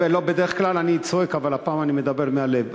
בדרך כלל אני צועק, אבל הפעם אני מדבר מהלב.